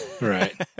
Right